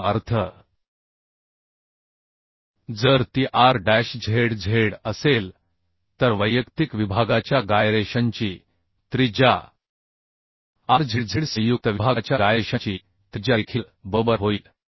याचा अर्थ जर ती R डॅश zz असेल तर वैयक्तिक विभागाच्या गायरेशनची त्रिज्याRzz संयुक्त विभागाच्या गायरेशनची त्रिज्या देखील बरोबर होईल